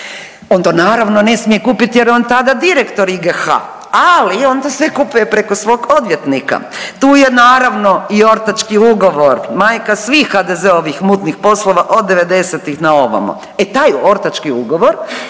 On to naravno ne smije kupiti jer je on tada direktor IGH, ali onda sve kupuje preko svog odvjetnika. Tu je naravno i ortački ugovor majka svih HDZ-ovih mutnih poslova od '90.-tih na ovamo, e taj ortački ugovor